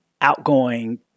outgoing